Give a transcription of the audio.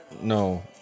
No